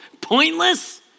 pointless